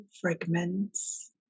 Fragments